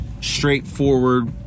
straightforward